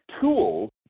tools